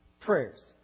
prayers